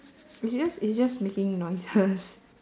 it's just it's just making noises